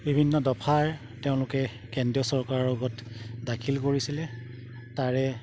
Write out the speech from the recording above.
বিভিন্ন দফাৰ তেওঁলোকে কেন্দ্ৰীয় চৰকাৰৰ লগত দাখিল কৰিছিলে তাৰে